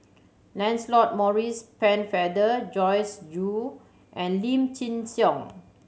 Lancelot Maurice Pennefather Joyce Jue and Lim Chin Siong